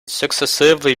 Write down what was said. successively